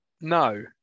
No